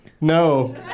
No